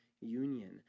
union